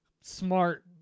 Smart